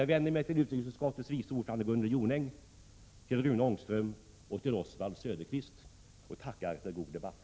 Jag vänder mig till utrikesutskottets vice ordförande Gunnel Jonäng, till Rune Ångström och till Oswald Söderqvist och tackar för god debatt.